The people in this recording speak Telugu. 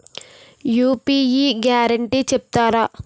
యూ.పీ.యి గ్యారంటీ చెప్తారా?